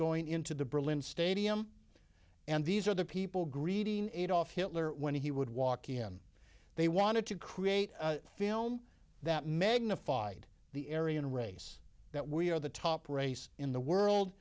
going into the berlin stadium and these are the people greedy adolf hitler when he would walk in they wanted to create a film that magnified the area and race that we are the top race in the world